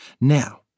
Now